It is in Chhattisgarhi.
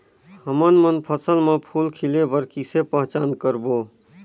हमन मन फसल म फूल खिले बर किसे पहचान करबो?